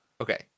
okay